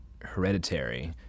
Hereditary